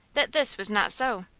that this was not so.